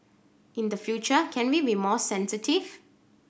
in the future can we be more sensitive